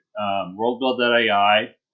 WorldBuild.ai